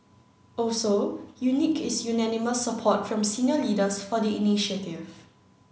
also unique is unanimous support from senior leaders for the initiative